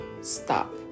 stop